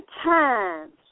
times